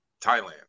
Thailand